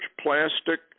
plastic